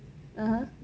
(uh huh)